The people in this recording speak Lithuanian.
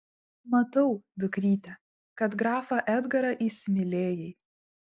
matau dukryte kad grafą edgarą įsimylėjai